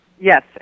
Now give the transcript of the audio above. Yes